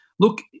Look